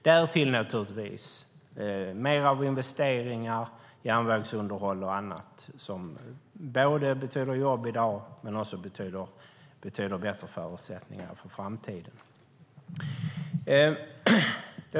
Därtill lade vi naturligtvis mer av investeringar, järnvägsunderhåll och annat som inte bara betyder jobb i dag utan också ger bättre förutsättningar för framtiden.